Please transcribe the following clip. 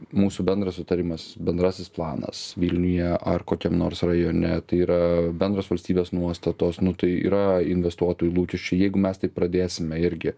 mūsų bendras sutarimas bendrasis planas vilniuje ar kokiam nors rajone tai yra bendros valstybės nuostatos nu tai yra investuotojų lūkesčiai jeigu mes taip pradėsime irgi